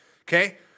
okay